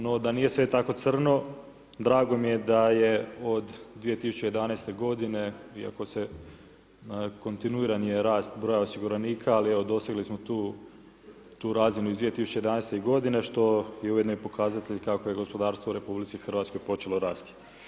No da nije sve tako crno, drago mi je da je od 2011. godine iako se, kontinuiran je rast broja osiguranika ali dosegli smo tu razinu iz 2011. godine što je ujedno i pokazatelj kako je gospodarstvo u RH počelo rasti.